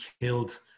killed